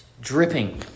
dripping